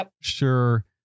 sure